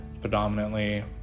predominantly